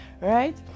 right